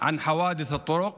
על תאונות הדרכים